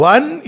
One